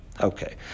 Okay